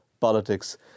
politics